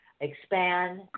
expand